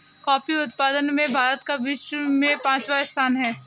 coffee उत्पादन में भारत का विश्व में पांचवा स्थान है